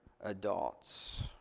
adults